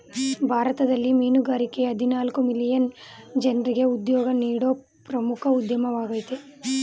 ಭಾರತದಲ್ಲಿ ಮೀನುಗಾರಿಕೆಯ ಹದಿನಾಲ್ಕು ಮಿಲಿಯನ್ ಜನ್ರಿಗೆ ಉದ್ಯೋಗ ನೀಡೋ ಪ್ರಮುಖ ಉದ್ಯಮವಾಗಯ್ತೆ